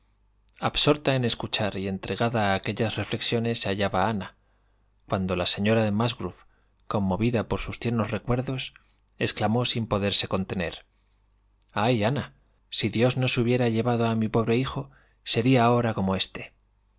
absorta en escuchar y entregada a aquellas reflexiones se hallaba ana cuando la señora de musgrove conmovida por sus tiernos recuerdos exclamó sin poderse contener ay ana si dios no se hubiera llevado a mi pobre hijo sería ahora como éste